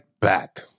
back